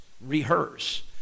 rehearse